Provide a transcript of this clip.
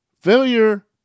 Failure